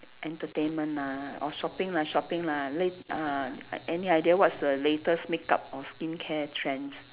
entertainment ah or shopping lah shopping lah la~ uh an~ any idea what's the latest makeup or skincare trends